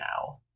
now